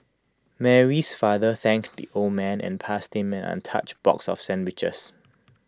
Mary's father thanked the old man and passed him an untouched box of sandwiches